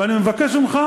ואני מבקש ממך,